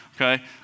okay